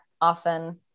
often